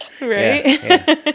right